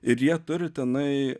ir jie turi tenai